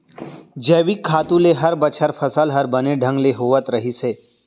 जैविक खातू ले हर बछर फसल हर बने ढंग ले होवत रहिस हे